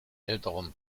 älteren